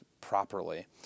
properly